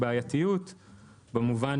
באופן